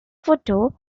photo